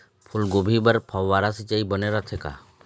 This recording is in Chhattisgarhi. फूलगोभी बर फव्वारा सिचाई बने रथे का?